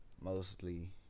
mostly